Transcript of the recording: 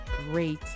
great